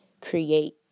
create